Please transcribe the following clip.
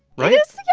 right? yeah.